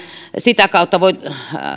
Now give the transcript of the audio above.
sitä kautta voi